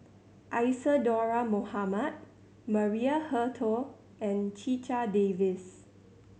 Isadhora Mohamed Maria Hertogh and Checha Davies